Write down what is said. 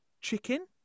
chicken